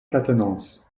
quatennens